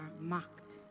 marked